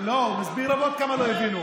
אני אסביר, כי עוד כמה לא הבינו,